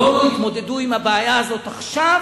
לא יתמודדו עם הבעיה הזאת עכשיו,